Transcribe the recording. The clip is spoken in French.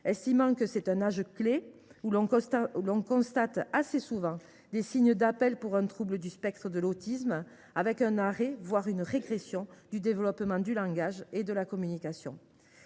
estimant qu’il s’agit d’« un âge clé où l’on constate assez souvent des signes d’appel pour un trouble du spectre de l’autisme avec un arrêt voire une régression du développement du langage et de la communication